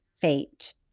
Fate